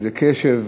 איזה קשב,